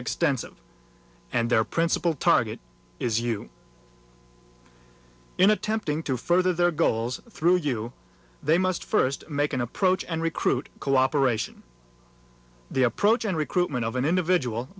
extensive and their principal target is you in attempting to further their goals through you they must first make an approach and recruit co operation the approach and recruitment of an individual